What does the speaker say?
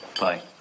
bye